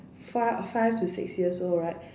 five five to six years old right